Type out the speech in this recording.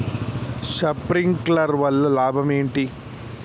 Sprinkler వల్ల లాభం ఏంటి?